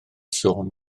sôn